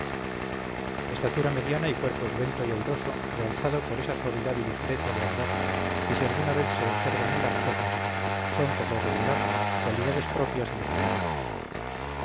estatura mediana y cuerpo esbelto y airoso realzado por esa suavidad y ligereza de andar que si alguna vez se observan en las chozas son por lo regular cualidades propias de los palacios